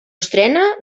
estrena